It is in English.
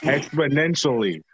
Exponentially